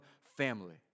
family